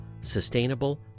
sustainable